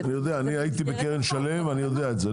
אני יודע, הייתי בקרן שלם ויודע את זה.